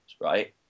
right